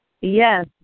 Yes